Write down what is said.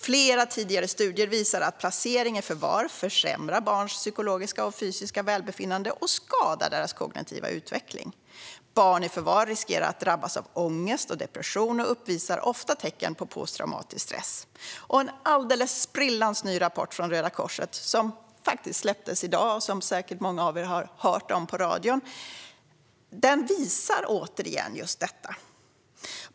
Flera tidigare studier visar att placering i förvar försämrar barns psykologiska och fysiska välbefinnande och skadar deras kognitiva utveckling. Barn i förvar riskerar att drabbas av ångest och depression och uppvisar ofta tecken på posttraumatisk stress. En alldeles sprillans ny rapport från Röda Korset, som faktiskt släpptes i dag och som säkert många av er har hört om på radio, visar återigen just detta.